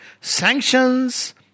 sanctions